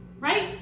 Right